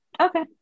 Okay